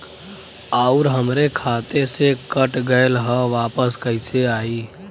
आऊर हमरे खाते से कट गैल ह वापस कैसे आई?